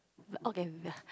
but okay we will